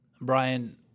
Brian